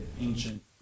ancient